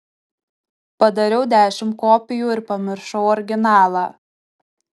padariau dešimt kopijų ir pamiršau originalą